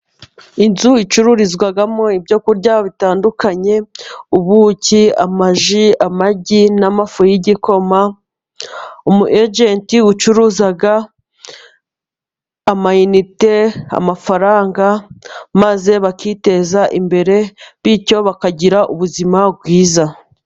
Inzu icururizwamo ibyo kurya bitandukanye, ubuki amaji, amagi, n'amafu y'igikoma, umu ejenti ucuruza amayinite amafaranga maze bakiteza imbere bityo bakagira ubuzima bwiza.